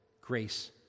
grace